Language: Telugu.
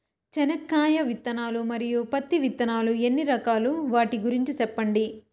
చెనక్కాయ విత్తనాలు, మరియు పత్తి విత్తనాలు ఎన్ని రకాలు వాటి గురించి సెప్పండి?